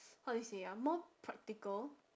how do you say ah more practical